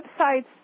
websites